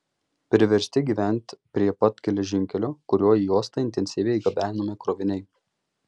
priversti gyventi prie pat geležinkelio kuriuo į uostą intensyviai gabenami kroviniai